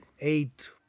Eight